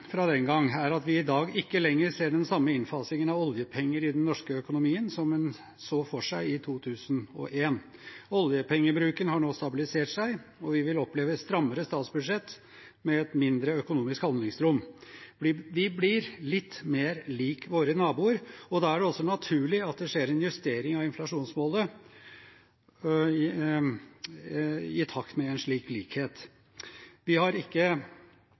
fra den gang er at vi i dag ikke lenger ser den samme innfasingen av oljepenger i den norske økonomien som en så for seg i 2001. Oljepengebruken har nå stabilisert seg, og vi vil oppleve strammere statsbudsjett, med et mindre økonomisk handlingsrom. Vi blir litt mer lik våre naboer, og da er det også naturlig at det skjer en justering av inflasjonsmålet, i takt med en slik likhet. Vi kan ikke